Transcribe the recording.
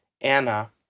Anna